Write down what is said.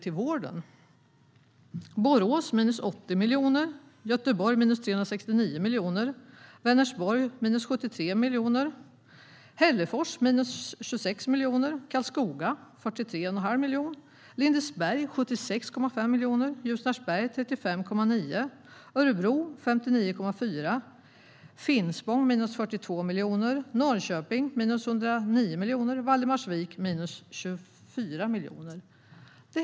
Jag fortsätter uppräkningen: Borås 80 miljoner, Göteborg 369 miljoner, Vänersborg 73 miljoner, Hällefors 26 miljoner, Karlskoga 43,5 miljoner, Lindesberg 76,5 miljoner, Ljusnarsberg 35,9 miljoner, Örebro 59,4 miljoner, Finspång 42 miljoner, Norrköping 109 miljoner, Valdemarsvik 24 miljoner.